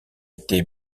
été